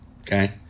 Okay